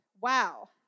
wow